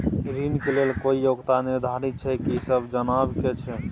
ऋण के लेल कोई योग्यता निर्धारित छै की से जनबा के छै?